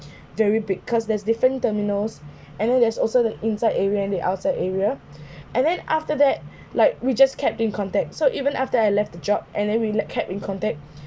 very big because there is different terminals and then there is also the inside area and the outside area and then after that like we just kept in contact so even after I left the job and then we like kept in contact